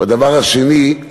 והדבר השני,